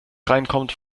reinkommt